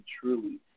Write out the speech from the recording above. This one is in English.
truly